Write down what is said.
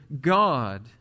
God